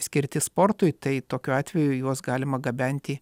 skirti sportui tai tokiu atveju juos galima gabenti